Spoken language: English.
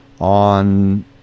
on